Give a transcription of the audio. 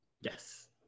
Yes